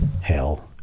hell